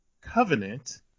Covenant